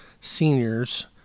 seniors